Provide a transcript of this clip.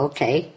Okay